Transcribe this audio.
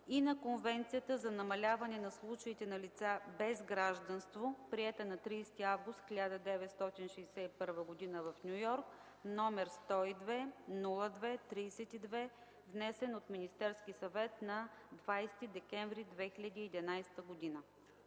и на Конвенцията за намаляване на случаите на лица без гражданство, приета на 30 август 1961 г. в Ню Йорк, № 102-02-32, внесен от Министерския съвет на 20 декември 2011 г.”